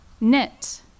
Knit